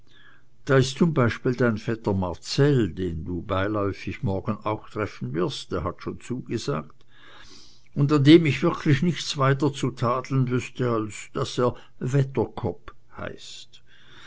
da ist zum beispiel dein vetter marcell den du beiläufig morgen auch treffen wirst er hat schon zugesagt und an dem ich wirklich nichts weiter zu tadeln wüßte als daß er wedderkopp heißt